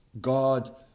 God